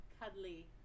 cuddly